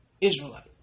Israelite